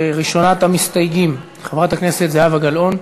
ראשונת המסתייגים, חברת הכנסת זהבה גלאון,